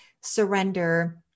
surrender